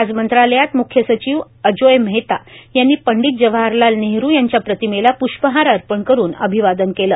आज मंत्रालयात मुख्य सचिव अजोय मेहता यांनी पंडित जवाहरलाल नेहरु यांच्या प्रतिमेला पृष्पहार अर्पण करुन अभिवादन केले